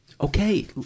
okay